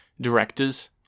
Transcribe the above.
directors